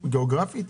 גיאוגרפית?